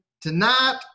tonight